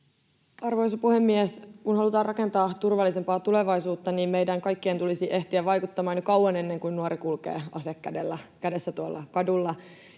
Arvoisa puhemies! Kun halutaan rakentaa turvallisempaa tulevaisuutta, niin meidän kaikkien tulisi ehtiä vaikuttamaan jo kauan ennen kuin nuori kulkee ase kädessä tuolla kadulla,